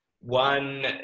one